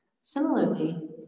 Similarly